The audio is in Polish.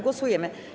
Głosujemy.